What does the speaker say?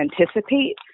anticipate